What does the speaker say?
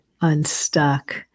unstuck